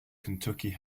kentucky